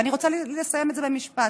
ואני רוצה לסיים את זה במשפט.